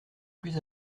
plus